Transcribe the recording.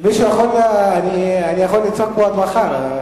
אני יכול לצעוק פה עד מחר.